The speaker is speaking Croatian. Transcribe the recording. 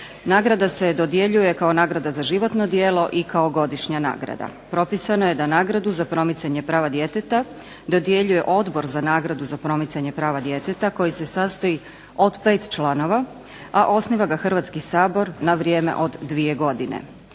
Nagrada se dodjeljuje kao nagrada za životno djelo i kao godišnja nagrada. Propisano je da nagradu za promicanje prava djeteta dodjeljuje Odbor za nagradu za promicanje prava djeteta koji s se sastoji od 5 članova, a osniva ga Hrvatski sabor na vrijeme od 2 godine.